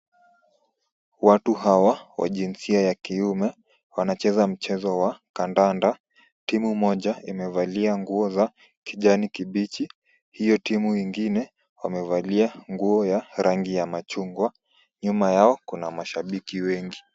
Watu hawa wa jinsia ya kiume wanacheza mchezo wa kandanda. Timu moja imevalia nguo za kijani kibichi, hiyo timu ingine wamevalia nguo ya rangi ya machungwa. Nyuma yao kuna mashabiki wengi.